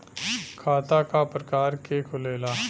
खाता क प्रकार के खुलेला?